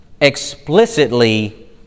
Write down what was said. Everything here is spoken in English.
explicitly